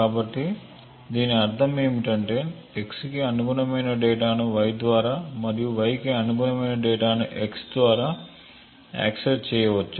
కాబట్టి దీని అర్థం ఏమిటంటే x కి అనుగుణమైన డేటాను y ద్వారా మరియు y కి అనుగుణమైన డేటాను x ద్వారా యాక్సెస్ చేయవచ్చు